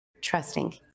trusting